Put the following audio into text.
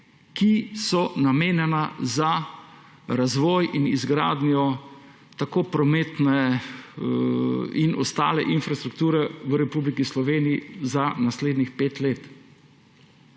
ki so namenjena za razvoj, izgradnjo tako prometne kot ostale infrastrukture v Republiki Sloveniji za naslednjih pet let.